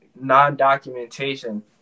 non-documentation